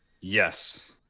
Yes